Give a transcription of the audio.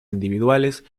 individuales